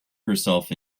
herself